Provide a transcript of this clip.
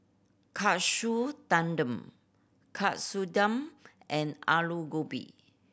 Katsu Tendon Katsudon and Alu Gobi